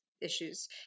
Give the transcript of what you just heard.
issues